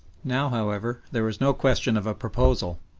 now, however, there was no question of a proposal,